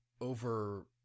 over